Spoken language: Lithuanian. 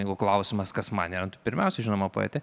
jeigu klausimas kas man yra pirmiausia žinoma poetė